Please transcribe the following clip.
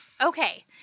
Okay